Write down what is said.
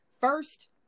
first